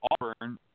Auburn